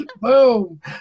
boom